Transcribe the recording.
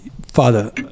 father